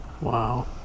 Wow